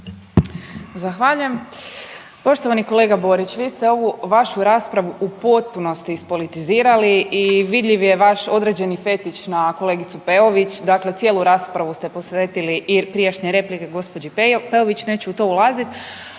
Zahvaljujem. Poštovani kolega Borić, vi ste ovu vašu raspravu u potpunosti ispolitizirali i vidljiv je vaš određeni fetiš na kolegicu Peović, dakle cijelu raspravu ste posvetili i prijašnje replike gđi. Peović, neću u to ulazit,